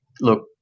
look